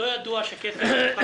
לא ידוע שכסף הועבר.